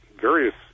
various